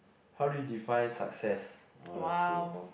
how do you define success uh let's go